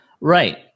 Right